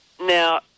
now